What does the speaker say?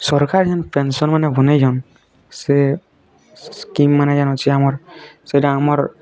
ସରକାର୍ ଯେନ୍ ପେନ୍ସନ୍ ମାନେ ବନେଇଛନ୍ ସେ ସ୍କିମ୍ ମାନେ ଯେନ୍ ଅଛେ ଆମର୍ ସେଟା ଆମର୍